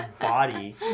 body